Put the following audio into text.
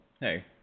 hey